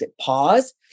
pause